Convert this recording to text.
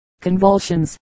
convulsions